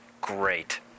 Great